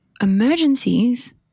Emergencies